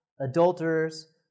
adulterers